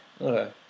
Okay